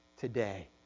today